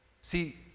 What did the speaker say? See